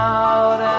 out